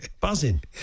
Buzzing